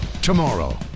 Tomorrow